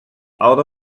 out